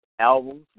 Albums